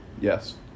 Yes